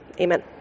amen